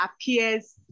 appears